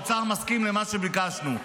האוצר מסכים למה שביקשנו.